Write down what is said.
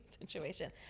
situation